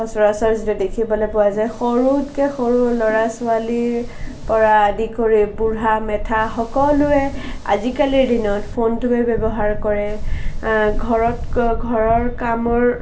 সচৰাচৰ যিটো দেখিবলৈ পোৱা যায় সৰুতকৈ সৰু ল'ৰা ছোৱালীৰ পৰা আদি কৰি বুঢ়া মেথা সকলোয়ে আজিকালিৰ দিনত ফোনটোয়ে ব্যৱহাৰ কৰে ঘৰত ঘৰৰ কামৰ